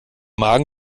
magen